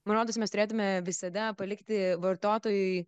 man rodos mes turėtume visada palikti vartotojui